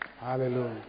Hallelujah